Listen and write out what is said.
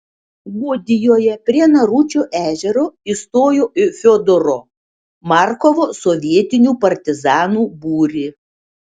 gudijoje prie naručio ežero įstojo į fiodoro markovo sovietinių partizanų būrį